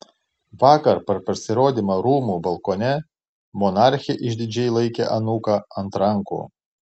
vakar per pasirodymą rūmų balkone monarchė išdidžiai laikė anūką ant rankų